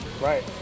Right